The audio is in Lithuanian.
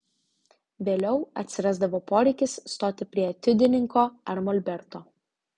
vėliau atsirasdavo poreikis stoti prie etiudininko ar molberto